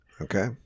okay